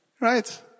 Right